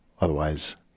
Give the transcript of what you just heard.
otherwise